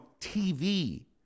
TV